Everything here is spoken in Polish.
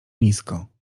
nisko